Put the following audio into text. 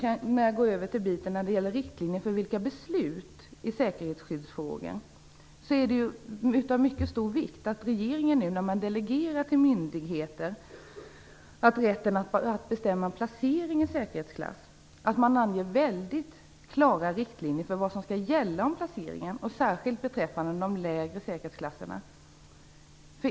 När det gäller riktlinjer för vilka beslut som skall fattas i säkerhetsskyddsfrågor är det av mycket stor vikt att regeringen när den till myndigheter delegerar rätten att bestämma om placering i säkerhetsklass anger mycket klara riktlinjer för vad som skall gälla för placeringen. Det gäller särskilt beträffande de lägre säkerhetsklasserna.